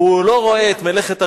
והוא לא רואה את מלאכת הרמייה,